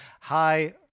hi